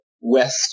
west